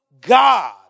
God